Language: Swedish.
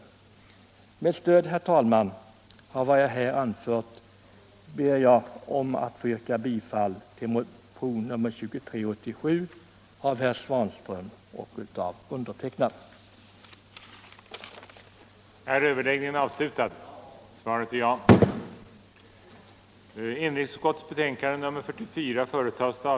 Herr talman! Med stöd av vad jag här anfört ber jag att få yrka bifall till motionen 2387 av herr Svanström och mig.